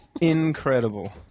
Incredible